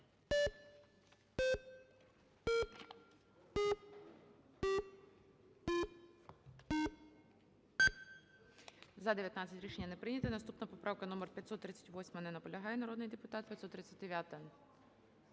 За-19 Рішення не прийнято. Наступна поправка номер 538. Не наполягає народний депутат. 539-а.